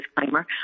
disclaimer